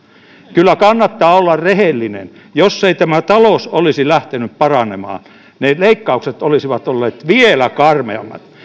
kyllä kannattaa olla rehellinen jos ei talous olisi lähtenyt paranemaan ne leikkaukset olisivat olleet vielä karmeammat